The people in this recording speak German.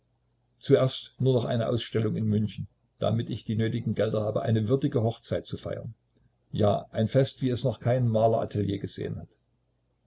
zuerst nur noch eine ausstellung in münchen damit ich die nötigen gelder habe eine würdige hochzeit zu feiern ja ein fest wie es noch kein maleratelier gesehen hat